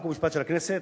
חוק ומשפט של הכנסת,